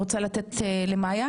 עו"ד מאיה,